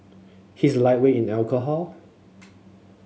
he's lightweight in alcohol